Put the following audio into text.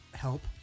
help